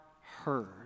heard